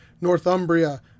Northumbria